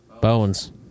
Bones